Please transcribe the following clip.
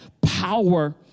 power